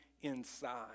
inside